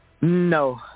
No